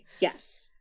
Yes